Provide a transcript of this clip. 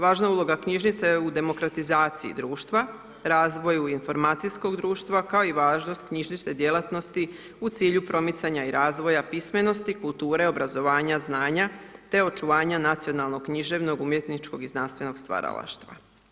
Važna uloga knjižnice je u demokratizaciji društva, razvoju informacijskog društvo kao i važnost knjižnične djelatnosti u cilju promicanja i razvoja pismenosti, kulture, obrazovanja, znanja, te očuvanja nacionalnog, književnog, umjetničkog i znanstvenog stvaralaštva.